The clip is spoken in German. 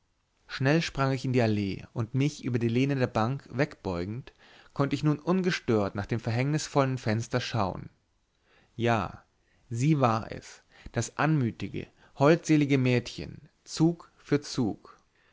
schnell sprang ich in die allee und mich über die lehne der bank wegbeugend konnt ich nun ungestört nach dem verhängnisvollen fenster schauen ja sie war es das anmutige holdselige mädchen zug für zug